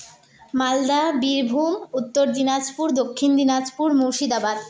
Malda Birbhum Uttar Dinajpur Dakshin Dinajpur Murshidabad